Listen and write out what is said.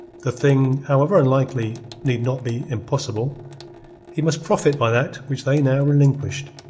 the thing, however unlikely, need not be impossible he must profit by that which they now relinquished.